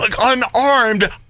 unarmed